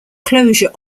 closure